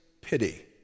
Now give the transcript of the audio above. pity